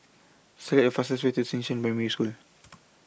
Select The fastest Way to Xishan Primary School